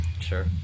Sure